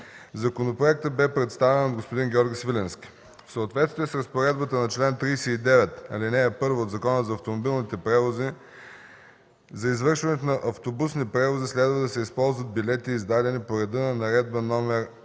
Законопроектът бе представен от господин Георги Свиленски. В съответствие с разпоредбата на чл. 39, ал. 1 от Закона за автомобилните превози за извършването на автобусни превози следва да се използват билети, издадени по реда на Наредба № Н-18